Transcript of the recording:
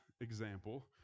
example